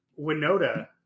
Winota